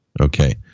Okay